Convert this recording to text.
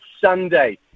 Sunday